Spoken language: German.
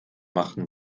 machen